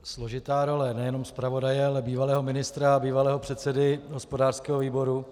Složitá role nejenom zpravodaje, ale bývalého ministra a bývalého předsedy hospodářského výboru.